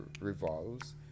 revolves